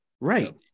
Right